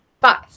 Five